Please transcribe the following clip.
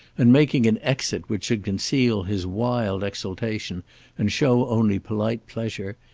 and making an exit which should conceal his wild exultation and show only polite pleasure,